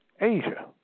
Asia